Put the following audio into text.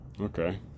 Okay